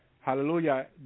hallelujah